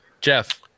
Jeff